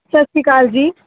ਸਤਿ ਸ਼੍ਰੀ ਅਕਾਲ ਜੀ